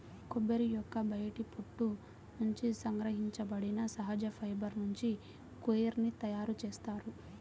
కొబ్బరి యొక్క బయటి పొట్టు నుండి సంగ్రహించబడిన సహజ ఫైబర్ నుంచి కోయిర్ ని తయారు చేస్తారు